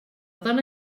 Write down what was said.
dona